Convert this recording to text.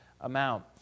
amount